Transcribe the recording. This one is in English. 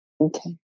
Okay